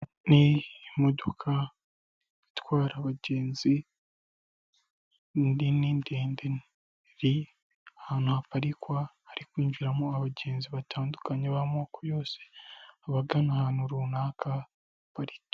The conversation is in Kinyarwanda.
Ni imodoka itwara abagenzi indi ni ndende iri ahantu haparikwa hari kwinjiramo abagenzi batandukanye b'amoko yose, abagana ahantu runaka bari.